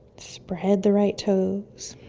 spread the right toes.